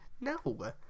no